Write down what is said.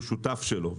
הוא שותף שלו.